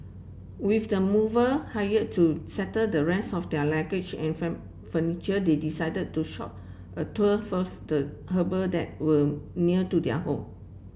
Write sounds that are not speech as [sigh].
with the mover hired to settle the rest of their luggage and [unintelligible] furniture they decided to short a tour first the harbour that were near to their home